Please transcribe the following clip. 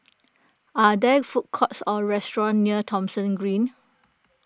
are there food courts or restaurants near Thomson Green